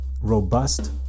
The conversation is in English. robust